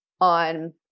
on